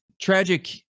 Tragic